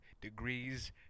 degrees